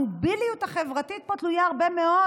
המוביליות החברתית פה תלויה הרבה מאוד